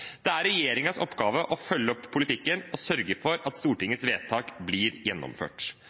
Det er regjeringens oppgave å følge opp politikken og sørge for at Stortingets vedtak blir gjennomført.